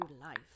life